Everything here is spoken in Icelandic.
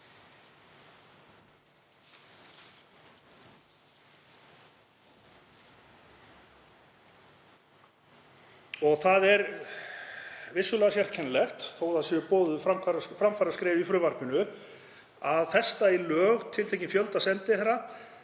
Það er vissulega sérkennilegt, þó að boðuð séu framfaraskref í frumvarpinu, að festa í lög tiltekinn fjölda sendiherra